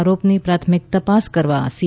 આરોપોની પ્રાથમિક તપાસ કરવા સી